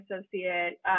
associate